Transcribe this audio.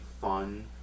fun